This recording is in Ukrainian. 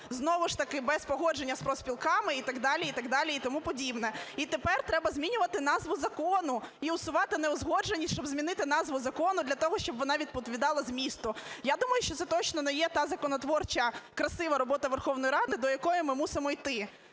знову ж таки без погодження з профспілками і так далі, і так далі і тому подібне. І тепер треба змінювати назву закону і усувати неузгодженість, щоб змінити назву закону для того, щоб вона відповідала змісту. Я думаю, що це точно не є та законотворча красива робота Верховної Ради, до якої ми мусимо йти.